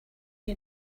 you